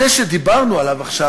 זה שדיברנו עליו עכשיו,